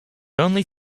only